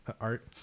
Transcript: art